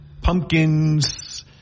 pumpkins